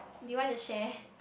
do you want to share